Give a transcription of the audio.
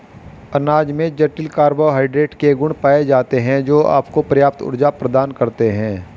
अनाज में जटिल कार्बोहाइड्रेट के गुण पाए जाते हैं, जो आपको पर्याप्त ऊर्जा प्रदान करते हैं